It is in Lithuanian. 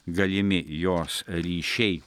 galimi jos ryšiai